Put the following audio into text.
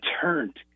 turned